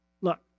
Look